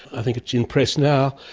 i think in press now,